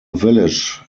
village